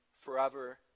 forever